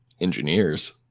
engineers